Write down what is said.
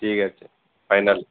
ঠিক আছে ফাইনাল